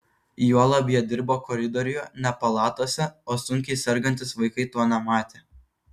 juolab jie dirbo koridoriuje ne palatose o sunkiai sergantys vaikai to nematė